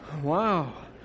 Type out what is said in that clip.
Wow